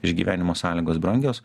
išgyvenimo sąlygos brangios